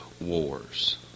wars